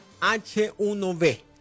H-1B